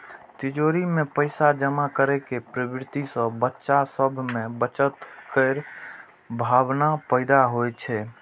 तिजौरी मे पैसा जमा करै के प्रवृत्ति सं बच्चा सभ मे बचत केर भावना पैदा होइ छै